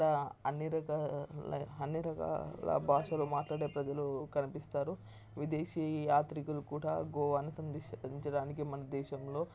అక్కడ అన్ని రకాల అన్ని రకాల భాషలు మాట్లాడే ప్రజలు కనిపిస్తారు విదేశీ యాత్రికులు కూడా గోవాని సందీ సంధించడానికి మన దేశంలో